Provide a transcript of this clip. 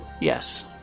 yes